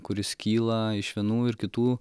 kuris kyla iš vienų ir kitų